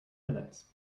minutes